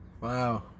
Wow